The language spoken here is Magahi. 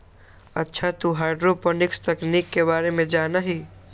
अच्छा तू हाईड्रोपोनिक्स तकनीक के बारे में जाना हीं?